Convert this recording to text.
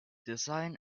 design